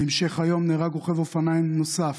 בהמשך היום נהרג רוכב אופניים נוסף,